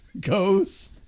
goes